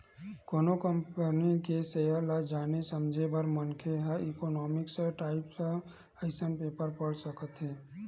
कोनो कंपनी के सेयर ल जाने समझे बर मनखे ह इकोनॉमिकस टाइमस असन पेपर पड़ सकत हे